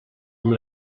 amb